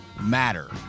matter